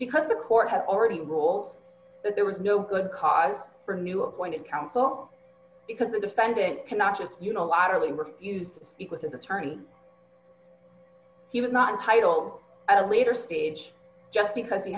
because the court had already ruled that there was no good cause for new appointed counsel because the defendant cannot just unilaterally refuse with his attorney he would not entitle a later stage just because he